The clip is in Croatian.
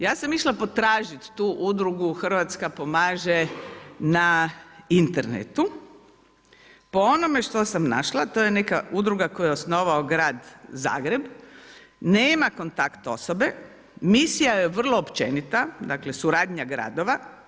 Ja sam išla potražiti tu udrugu Hrvatska pomaže na internetu, po onome što sam našla, to je neka udruga, koju je osnovao grad Zagreb, nema kontakt osobe, misija je vrlo općenita, dakle, suradnja gradova.